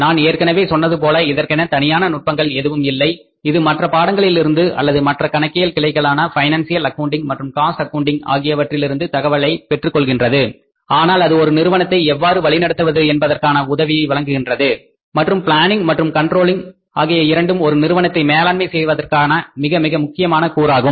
நான் ஏற்கனவே சொன்னதுபோல இதற்கென தனியான நுட்பங்கள் எதுவும் இல்லை இது மற்ற பாடங்களில் இருந்து அல்லது மற்ற கணக்கியல் கிளைகளான பைனான்சியல் அக்கவுன்டிங் மற்றும் காஸ்ட் அக்கவுன்டிங் ஆகியவற்றிலிருந்து தகவல்களை பெற்றுக் கொள்கின்றது ஆனால் அது ஒரு நிறுவனத்தை எவ்வாறு வழிநடத்துவது என்பதற்கான உதவியை வழங்குகின்றது மற்றும் பிளானிங் மற்றும் கண்ட்ரோலிங் ஆகிய இரண்டும் ஒரு நிறுவனத்தை மேலாண்மை செய்வதற்கான மிக மிக முக்கியமான கூறாகும்